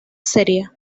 sería